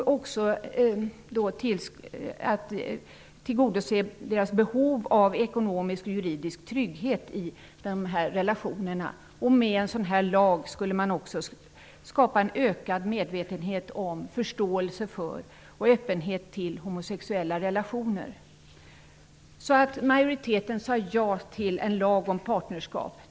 Vi vill också tillgodose dessa människors behov av ekonomisk och juridisk trygghet i sina relationer. Med en sådan här lag skulle det också skapas en ökad medvetenhet om och förståelse och öppenhet för homosexuella relationer. Majoriteten sade alltså ja till en lag om partnerskap.